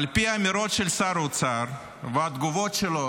על פי האמירות של שר אוצר, התגובות שלו